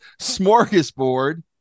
Smorgasbord